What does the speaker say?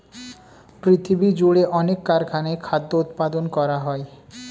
পৃথিবীজুড়ে অনেক কারখানায় খাদ্য উৎপাদন করা হয়